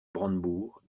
brandebourgs